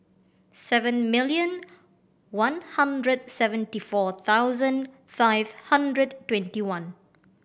seven million one hundred seventy four thousand five hundred twenty one